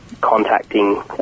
Contacting